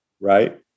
right